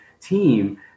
team